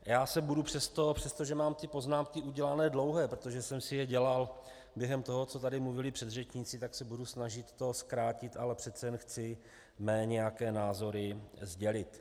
Já se budu přesto, přestože mám ty poznámky udělané dlouhé, protože jsem si je dělal během toho, co tady mluvili předřečníci, tak se budu snažit to zkrátit, ale přece jen chci své nějaké názory sdělit.